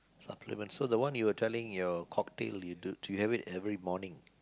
supplement so the one you are telling your cocktail you do do you have it every morning